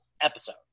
episode